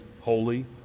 holy